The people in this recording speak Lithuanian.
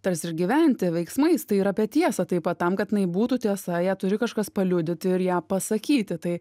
tarsi ir gyventi veiksmais tai yra apie tiesą taip pat tam kad jinai būtų tiesa ją turi kažkas paliudyti ir ją pasakyti tai